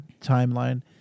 timeline